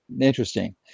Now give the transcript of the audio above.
interesting